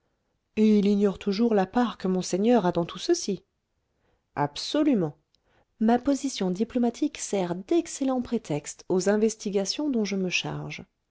et il ignore toujours la part que monseigneur a dans tout ceci absolument ma position diplomatique sert d'excellent prétexte aux investigations dont je me charge